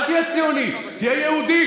אל תהיה ציוני, תהיה יהודי.